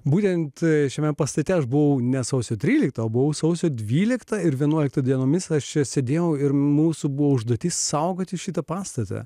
būtent šiame pastate aš buvau ne sausio tryliktą buvau sausio dvyliktą ir vienuoliktą dienomis aš sėdėjau ir mūsų buvo užduotį saugoti šitą pastatą